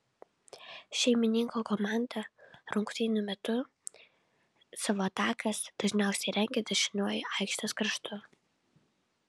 šeimininkų komanda rungtynių metu savo atakas dažniausiai rengė dešiniuoju aikštės kraštu